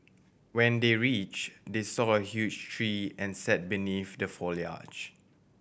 when they reach they saw a huge tree and sat beneath the foliage